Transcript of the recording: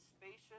spacious